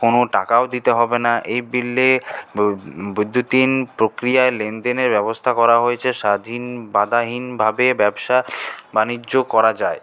কোনো টাকাও দিতে হবে না এই বিলে বৈদ্যুতিন প্রক্রিয়ায় লেনদেনের ব্যবস্থা করা হয়েছে স্বাধীন বাধাহীনভাবে ব্যবসা বাণিজ্য করা যায়